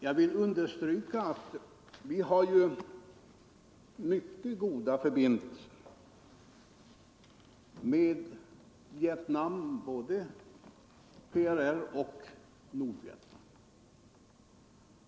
Jag vill emellertid understryka att vi har mycket goda förbindelser med Vietnam — både med PRR och Nordvietnam.